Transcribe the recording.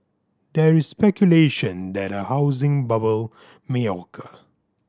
there is speculation that a housing bubble may occur